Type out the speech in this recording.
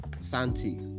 santi